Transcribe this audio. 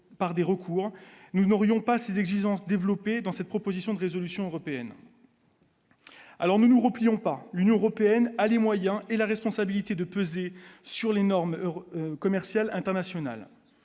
par des recours, nous n'aurions pas ses exigences développé dans cette proposition de résolution européenne. Alors nous repliant par l'Union européenne a les moyens et la responsabilité de peser sur les normes Euro commercial international,